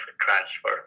transfer